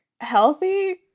healthy